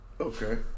okay